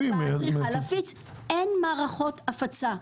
אין מערכות הפצה.